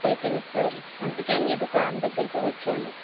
అది తెలుసు సార్ అందుకే మీ దుకాణం దగ్గరకు వచ్చాము